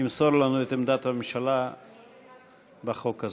ימסור לנו את עמדת הממשלה בחוק הזה.